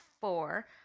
four